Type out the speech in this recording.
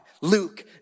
Luke